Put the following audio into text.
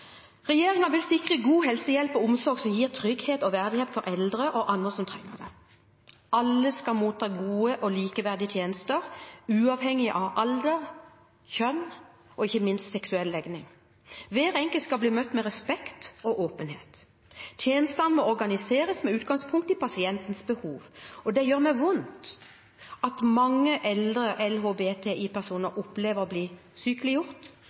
vil sikre god helsehjelp og omsorg som gir trygghet og verdighet for eldre og andre som trenger det. Alle skal motta gode og likeverdige tjenester uavhengig av alder, kjønn og ikke minst seksuell legning. Hver enkelt skal bli møtt med respekt og åpenhet. Tjenestene må organiseres med utgangspunkt i pasientens behov, og det gjør meg vondt at mange eldre LHBTI-personer opplever å bli sykeliggjort